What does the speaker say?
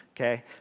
Okay